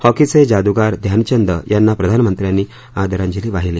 हॉकीचे जादूगार ध्यानचंद यांना प्रधानमंत्र्यांनी आदरांजली वाहिली